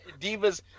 Divas